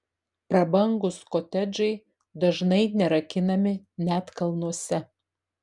prabangūs kotedžai dažnai nerakinami net kalnuose